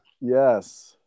Yes